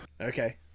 Okay